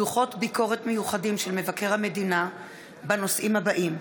דוחות ביקורת מיוחדים של מבקר המדינה בנושאים האלה: